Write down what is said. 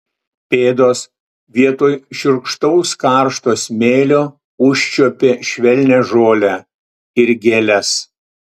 pėdos vietoj šiurkštaus karšto smėlio užčiuopė švelnią žolę ir gėles